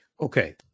Okay